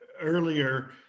earlier